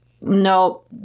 no